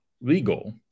legal